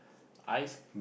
ice